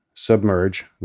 submerge